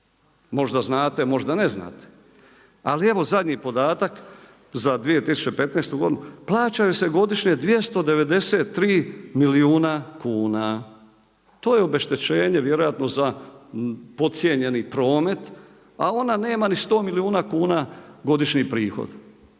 Možda znate, možda ne znate ali evo zadnji podatak za 2015. godinu plaćaju se godišnje 293 milijuna kuna. To je obeštećenje vjerojatno za podcijenjeni promet, a ona nema ni sto milijuna kuna godišnji prihod,